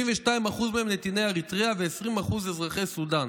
72% מהם נתיני אריתריאה ו-20% אזרחי סודאן.